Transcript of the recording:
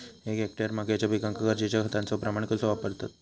एक हेक्टर मक्याच्या पिकांका गरजेच्या खतांचो प्रमाण कसो वापरतत?